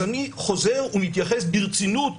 אז אני חוזר ומתייחס ברצינות